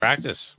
Practice